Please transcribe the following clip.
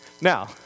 Now